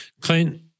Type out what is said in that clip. Clint